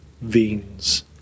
veins